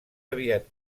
aviat